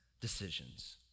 decisions